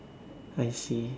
I see